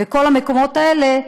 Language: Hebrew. וכל המקומות האלה,